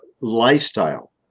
lifestyle